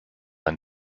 ein